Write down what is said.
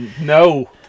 No